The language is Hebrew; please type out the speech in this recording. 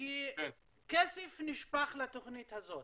כי כסף נשפך לתוכנית הזאת,